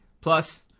Plus